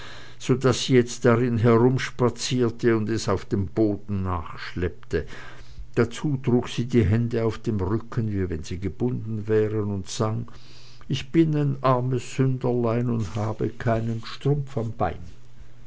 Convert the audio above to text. so daß sie jetzt darin herumspazierte und es auf dem boden nachschleppte dazu trug sie die hände auf dem rücken wie wenn sie gebunden wären und sang ich bin ein armes sünderlein und habe keinen strumpf am bein